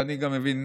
ואני גם מבין